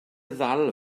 ddal